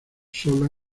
sola